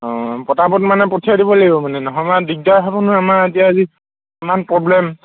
অঁ পতাপত মানে পঠিয়াই দিব লাগিব মানে নহ'বা দিগদাৰ হ'ব নহয় আমাৰ এতিয়া যি ইমান প্ৰব্লেম